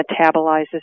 metabolizes